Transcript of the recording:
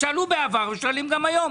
שאלו בעבר ושואלים גם היום.